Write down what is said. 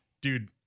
dude